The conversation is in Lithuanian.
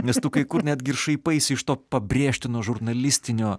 nes tu kai kur netgi ir šaipaisi iš to pabrėžtino žurnalistinio